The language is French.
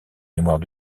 mémoire